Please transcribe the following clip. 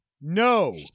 no